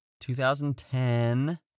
2010